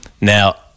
Now